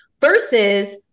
versus